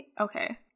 Okay